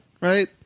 right